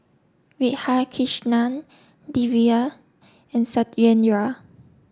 Radhakrishnan Devi and Satyendra